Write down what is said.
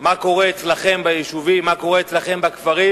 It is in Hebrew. מה קורה אצלכם ביישובים, מה קורה אצלכם בכפרים,